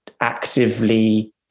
actively